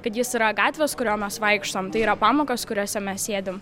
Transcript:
kad jis yra gatvės kuriom mes vaikštom tai yra pamokos kuriose mes sėdim